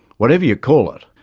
whatever you call it,